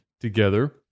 together